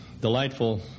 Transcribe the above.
delightful